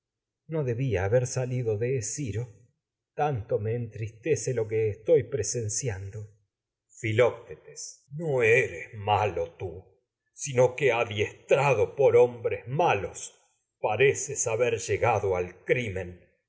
ño debía ha que ber salido de esciro tanto me entristece lo estoy presenciando filoctetes no eres malo tú sino que adiestrado por pero hombres malos pareces haber llegado al crimen